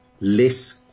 Less